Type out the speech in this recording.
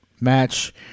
match